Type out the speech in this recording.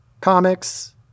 comics